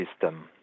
system